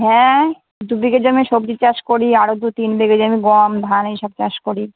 হ্যাঁ দু বিঘে জমি সব্জি চাষ করি আরো দু তিন বিঘে জমি গম ধান এইসব চাষ করি